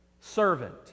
Servant